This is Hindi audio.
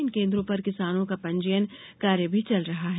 इन केन्द्रों पर किसानों का पंजीयन कार्य भी चल रहा है